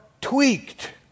tweaked